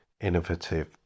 innovative